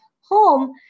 home